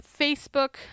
facebook